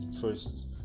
First